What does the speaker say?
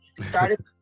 started